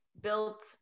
built